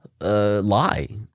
Lie